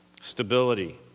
Stability